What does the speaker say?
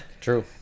True